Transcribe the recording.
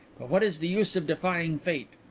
but what is the use of defying fate,